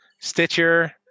Stitcher